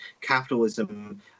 capitalism